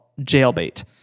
Jailbait